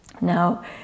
Now